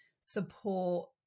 support